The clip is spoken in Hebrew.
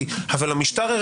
אז נושא המידע הוא לא רלוונטי,